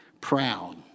proud